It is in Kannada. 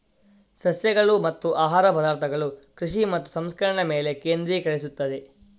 ಸಸ್ಯಗಳು ಮತ್ತು ಆಹಾರ ಪದಾರ್ಥಗಳ ಕೃಷಿ ಮತ್ತು ಸಂಸ್ಕರಣೆಯ ಮೇಲೆ ಕೇಂದ್ರೀಕರಿಸುತ್ತದೆ